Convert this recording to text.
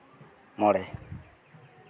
ᱢᱚᱬᱮ